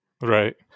right